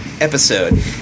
episode